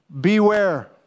Beware